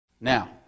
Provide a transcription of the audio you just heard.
Now